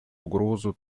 угрозу